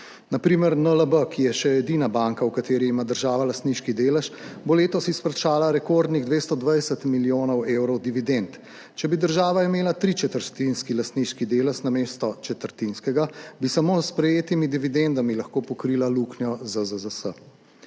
Na primer NLB, ki je še edina banka, v kateri ima država lastniški delež, bo letos izplačala rekordnih 220 milijonov evrov dividend. Če bi država imela tričetrtinski lastniški delež namesto četrtinskega, bi samo s prejetimi dividendami lahko pokrila luknjo ZZZS.